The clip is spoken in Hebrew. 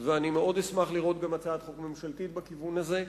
ואשמח מאוד גם לראות הצעת חוק ממשלתית בכיוון הזה.